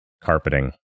carpeting